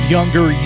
Younger